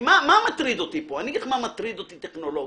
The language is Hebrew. אני אגיד לך מה מטריד אותי טכנולוגית.